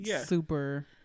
super